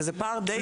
וזה פער די גדול.